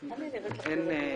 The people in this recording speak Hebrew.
אני נראית לך לא רגועה?